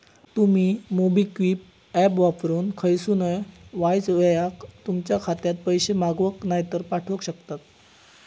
तुमी MobiKwik app वापरून खयसूनय वायच येळात तुमच्या खात्यात पैशे मागवक नायतर पाठवक शकतास